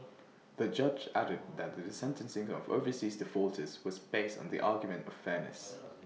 the judge added that the A sentencing of overseas defaulters was based on the argument of fairness